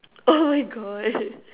oh my God